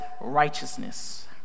righteousness